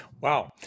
Wow